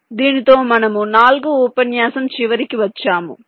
కాబట్టి దీనితో మనము నాల్గవ ఉపన్యాసం చివరికి వచ్చాము